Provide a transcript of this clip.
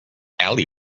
ali